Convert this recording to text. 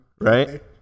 right